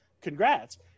congrats